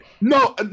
no